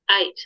eight